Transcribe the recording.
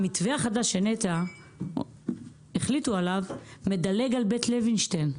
המתווה החדש שנת"ע החליטו עליו מדלג על בית לוינשטיין.